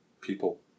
people